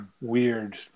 weird